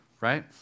right